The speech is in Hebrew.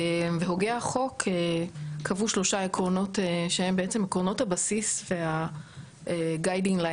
והוגי החוק קבעו שלושה עקרונות שהם בעצם עקרונות הבסיס והקווים המנחים